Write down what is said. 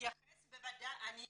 מתייחס בוודאי --- לא.